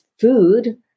food